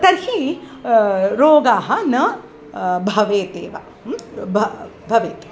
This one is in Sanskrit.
तर्हि रोगाः न भवेदेव भ् भवेत्